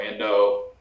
ando